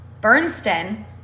Bernstein